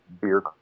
beer